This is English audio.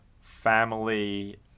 family